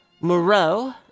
Moreau